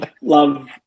love